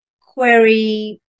query